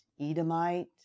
Edomite